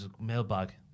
Mailbag